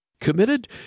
Committed